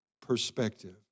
Perspective